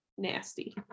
Nasty